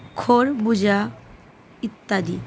খড় ভুজা ইত্যাদি